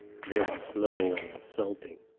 very slow and insulting,